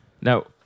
Now